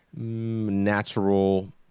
natural